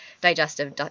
digestive